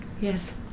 Yes